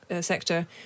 sector